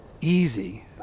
easy